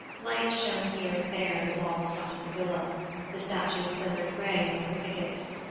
lights shone here and there in the long front of the villa the statues glimmered gray among the thickets.